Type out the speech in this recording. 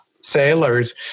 sailors